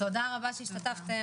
תודה רבה שהשתתפתם.